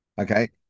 okay